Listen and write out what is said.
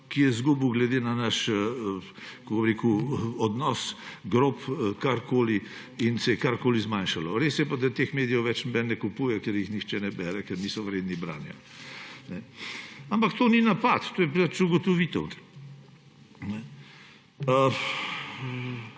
ki je izgubil glede na naš – kako bi rekel? – grob odnos karkoli in se je karkoli zmanjšalo. Res pa je, da teh medijev nihče več ne kupuje, ker jih nihče ne bere, ker niso vredni branja. Ampak to ni napad, to je pač ugotovitev.